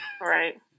Right